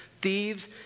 thieves